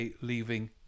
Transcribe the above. leaving